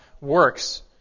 works